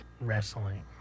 Wrestling